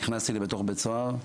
נכנסתי לתוך בית סוהר.